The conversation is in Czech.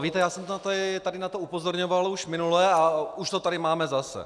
Víte, já jsem tady na to upozorňoval už minule, a už to tady máme zase.